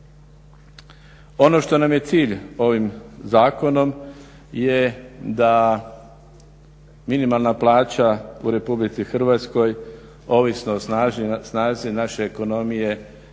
Ono što nam je cilj ovim zakonom je da minimalna plaća u RH ovisno o snazi naše ekonomije